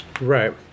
Right